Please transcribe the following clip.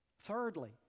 Thirdly